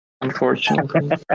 unfortunately